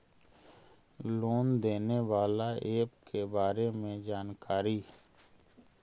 Loan देने बाला app के बारे मे जानकारी?